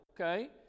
Okay